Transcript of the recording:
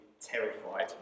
terrified